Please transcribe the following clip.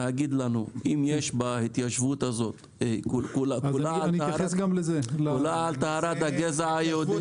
להגיד לנו אם יש בהתיישבות הזאת כולה על טהרת הגזע היהודי?